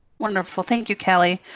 wonderful. thank you, calli.